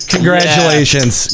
Congratulations